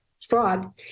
fraud